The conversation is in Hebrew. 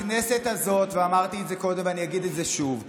הכנסת הזאת, אמרתי את זה קודם ואגיד את זה שוב,